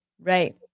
Right